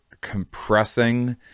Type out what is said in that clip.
compressing